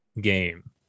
game